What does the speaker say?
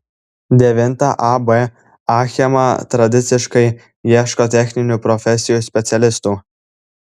devinta ab achema tradiciškai ieško techninių profesijų specialistų